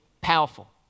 powerful